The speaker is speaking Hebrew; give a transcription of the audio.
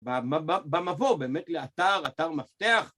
במבוא באמת לאתר, אתר מפתח.